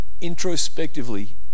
introspectively